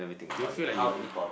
do you feel like you need